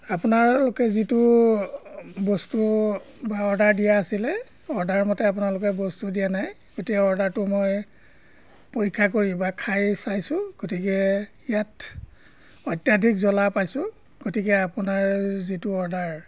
আপোনালোকে যিটো বস্তু বা অৰ্ডাৰ দিয়া আছিলে অৰ্ডাৰমতে আপোনালোকে বস্তু দিয়া নাই গতিকে অৰ্ডাৰটো মই পৰীক্ষা কৰি বা খাই চাইছোঁ গতিকে ইয়াত অত্যাধিক জ্বলা পাইছোঁ গতিকে আপোনাৰ যিটো অৰ্ডাৰ